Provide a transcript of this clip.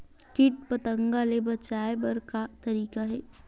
कीट पंतगा ले बचाय बर का तरीका हे?